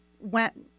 went